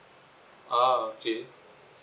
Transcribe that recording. ah okay